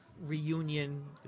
reunion